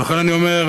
ולכן אני אומר,